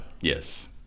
Yes